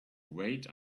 wait